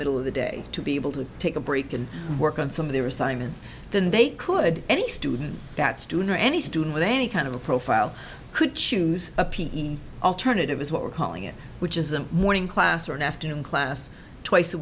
middle of the day to be able to take a break and work on some of their assignments than they could any student that student or any student with any kind of a profile could choose a piece alternative is what we're calling it which is a morning class or an afternoon class twice a